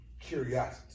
curiosity